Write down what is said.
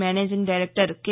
managing director K